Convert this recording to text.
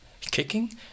kicking